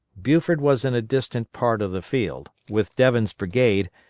buford was in a distant part of the field, with devin's brigade,